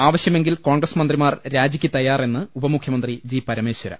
ആവശ്യമെങ്കിൽ കോൺഗ്രസ് മന്ത്രിമാർ രാജിക്ക് തയ്യാ റെന്ന് ഉപമുഖ്യമന്ത്രി ജി പരമേശ്വര